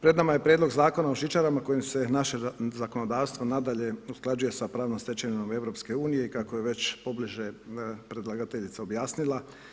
Pred nama je prijedlog Zakona o žičarama kojim se naše zakonodavstvo nadalje usklađuje sa pravnom stečevinom EU ili kako je već pobliže predlagateljica objasnila.